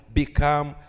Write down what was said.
become